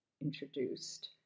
introduced